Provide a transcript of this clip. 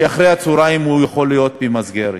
שאחרי-הצהריים הוא יכול להיות במסגרת,